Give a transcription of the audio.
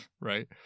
right